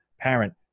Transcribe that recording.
parent